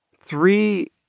three